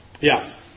Yes